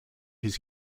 his